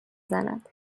زند